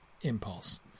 impulse